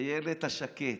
הילד השקט,